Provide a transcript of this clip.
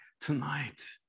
tonight